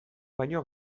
baino